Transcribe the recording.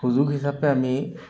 সুযোগ হিচাপে আমি